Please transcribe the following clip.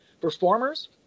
performers